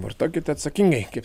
vartokite atsakingai kaip